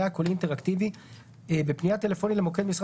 קולי אינטראקטיבי (IVR); בפנייה טלפונית למוקד משרד